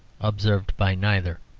observed by neither.